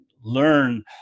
learn